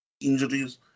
injuries